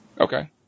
Okay